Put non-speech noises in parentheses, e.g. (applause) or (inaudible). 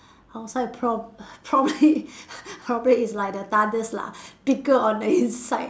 outside prob~ probably (laughs) probably is like the lah thicker on the inside